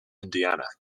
indiana